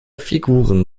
figuren